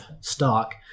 stock